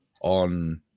on